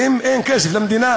ואם אין כסף למדינה